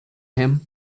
him